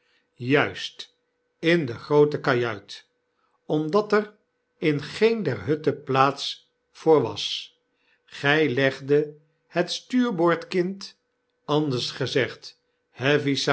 juist in de groote kajuit omdat er in geen der hutten plaats voor was gij legdet het stuurboord-kind anders gezegd